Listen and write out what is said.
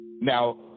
Now